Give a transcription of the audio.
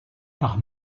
par